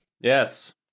yes